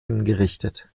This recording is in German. hingerichtet